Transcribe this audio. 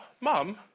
mum